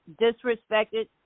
disrespected